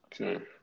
Okay